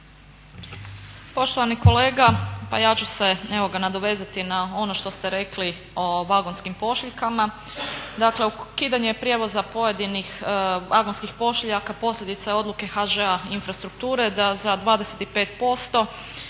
Poštovani kolega, pa ja ću se nadovezati na ono što ste rekli o vagonskim pošiljkama. Dakle ukidanje prijevoza pojedinih vagonskih pošiljaka posljedica je odluke HŽ-a Infrastrukture da za 25%